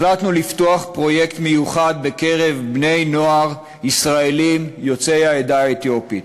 החלטנו לפתוח פרויקט מיוחד בקרב בני-נוער ישראלים יוצאי העדה האתיופית.